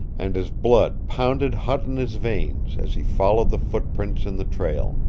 and his blood pounded hot in his veins as he followed the footprints in the trail.